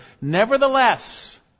Nevertheless